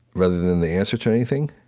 rather than the answer to anything.